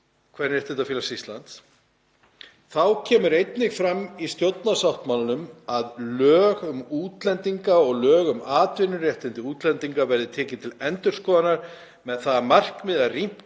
Íslands, með leyfi forseta: „Þá kemur einnig fram í stjórnarsáttmálanum að „lög um útlendinga og lög um atvinnuréttindi útlendinga verða tekin til endurskoðunar með það að markmiði að rýmka